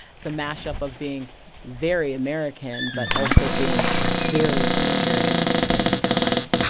it's a mashup of being very american but also being very nigerian at the same time.